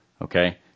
Okay